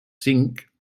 cinc